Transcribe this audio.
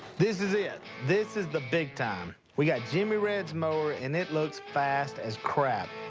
this is it. this is the big time. we got jimmy red's mower and it looks fast as crap.